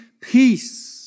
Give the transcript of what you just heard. peace